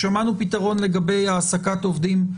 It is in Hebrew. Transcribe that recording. וגם פורסם תזכיר צו שמאריך את תקופת החרגה בשנה נוספת עד באמת למציאת